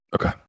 Okay